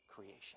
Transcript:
Creation